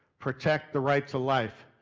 protect the right to life.